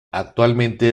actualmente